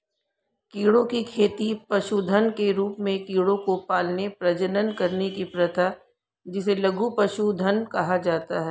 कीड़ों की खेती पशुधन के रूप में कीड़ों को पालने, प्रजनन करने की प्रथा जिसे लघु पशुधन कहा जाता है